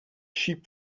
sheep